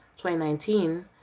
2019